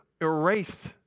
erased